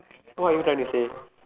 what are you trying to say